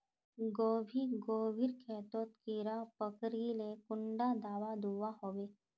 गोभी गोभिर खेतोत कीड़ा पकरिले कुंडा दाबा दुआहोबे?